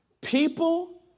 People